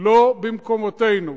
לא במקומותינו.